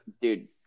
Dude